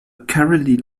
caroline